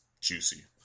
juicy